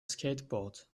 skateboard